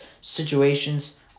situations